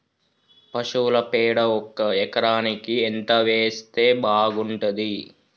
పశువుల పేడ ఒక ఎకరానికి ఎంత వేస్తే బాగుంటది?